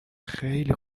خیلی